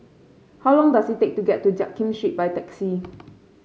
how long does it take to get to Jiak Kim Street by taxi